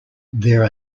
there